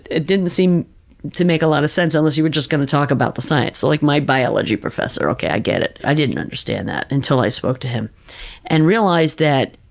it didn't seem to make a lot sense unless you were just going to talk about the science. so like, my biology professor, okay, i get it. i didn't understand that until i spoke to him and realized that,